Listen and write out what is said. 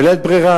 בלית ברירה.